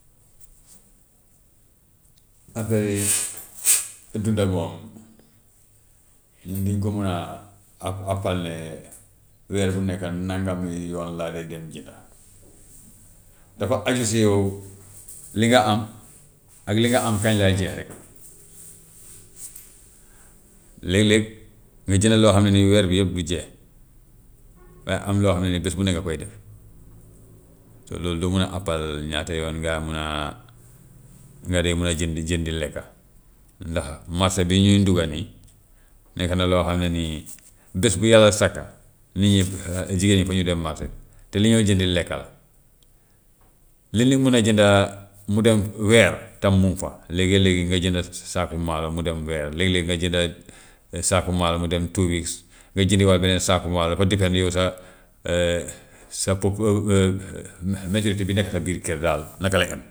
afeeri dunda moom ñun liñ ko mën a àpp- àppal ne weer bu nekka nangami yoon laa dee dem jënda, dafa aju si yow li nga am, ak li nga am kañ lay jeexee. Léeg-léeg ñu jënd loo xam ne nii weer bi yëpp du jeex waaye am loo xam ne nii bés bu ne nga koy def, te loolu doo mun a àppal ñaata yoon ngay mun a, nga dee mun a jënd, jënd lekka. Ndax marse bii ñuy nduga nii nekk na loo xam ne nii bés bu yàlla sakka lii jigéen ñi pour ñu dem marse te li ñoo jëndi lekka la. Li ñu mun a jënda mu dem weer tam mu ngi fa, léegee-léegi nga jënd saako maalo mu dem weer, léeg-léeg nga jënda saako maalo mu dem two weeks, nga jëndiwaat beneen saako maalo, dafa depend yow sa bi nekk sa biir kër daal naka lay em,